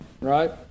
right